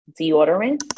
deodorant